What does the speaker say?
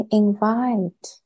invite